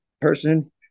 person